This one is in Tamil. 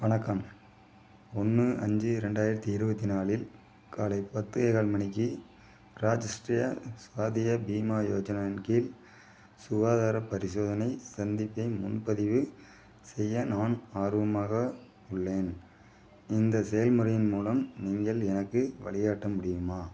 வணக்கம் ஒன்று அஞ்சு ரெண்டாயிரத்தி இருபத்தி நாலில் காலை பத்தேகால் மணிக்கு ராஜஷ்டிரிய ஸ்வாதிய பீமா யோஜனா இன் கீழ் சுகாதார பரிசோதனை சந்திப்பை முன்பதிவு செய்ய நான் ஆர்வமாக உள்ளேன் இந்த செயல்முறையின் மூலம் நீங்கள் எனக்கு வழிகாட்ட முடியுமா